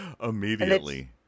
Immediately